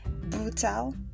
brutal